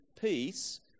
peace